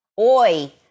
Oi